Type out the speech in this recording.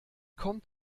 kommt